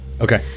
Okay